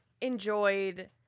enjoyed